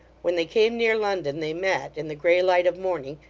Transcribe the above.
when they came near london they met, in the grey light of morning,